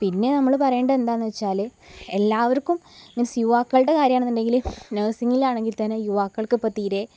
പിന്നെ നമ്മൾ പറയേണ്ടത് എന്താണെന്ന് വെച്ചാല് എല്ലാവർക്കും മീൻസ് യുവാക്കളുടെ കാര്യമാണെന്നുണ്ടെങ്കിൽ നേഴ്സിങ്ങിലാണെങ്കിൽ തന്നെ യുവാക്കൾക്കിപ്പോള് തീരെ